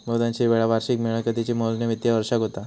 बहुतांशी वेळा वार्षिक मिळकतीची मोजणी वित्तिय वर्षाक होता